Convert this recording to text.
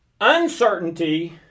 Uncertainty